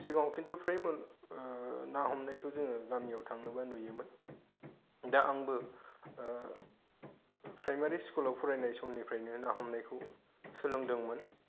सिगाङाव खिन्थु फ्राय मो ओह ना हमनायखो जोङो गामियाव थाङोबा नुयोमोन दा आंबो ओह प्राइमारि स्कुलाव फरायनाय समनिफ्रायनो ना हमनायखौ सोलोंदोंमोन